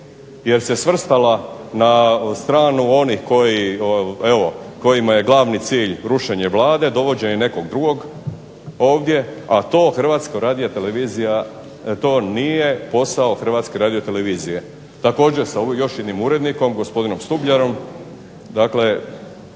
jer se svrstala na stranu onih kojima je glavni cilj rušenje Vlade, dovođenje nekog drugog ovdje, a to nije posao HRTV-e, također sa još jednim urednikom gospodinom Stubljarom,